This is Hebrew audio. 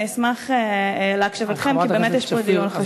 אני אשמח להקשבתכם כי באמת יש פה דיון חשוב.